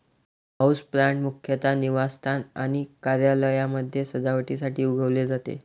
houseplant मुख्यतः निवासस्थान आणि कार्यालयांमध्ये सजावटीसाठी उगवले जाते